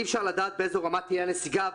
אי-אפשר לדעת באיזו רמה תהיה הנסיגה,